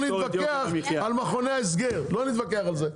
נתווכח על מכוני ההסגר לא נתווכח על זה,